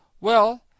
Well